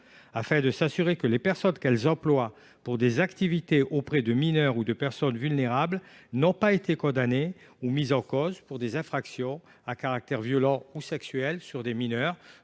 afin qu’elles s’assurent que les personnes qu’elles emploient pour des activités auprès de mineurs ou de personnes vulnérables n’ont pas été condamnées ou mises en cause pour des infractions à caractère violent ou sexuel sur des mineurs.